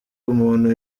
umuntu